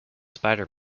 spider